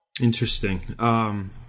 Interesting